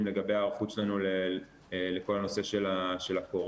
לגבי ההיערכות שלנו לכל הנושא של הקורונה.